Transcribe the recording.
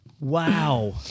Wow